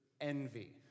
envy